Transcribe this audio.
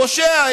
פושע,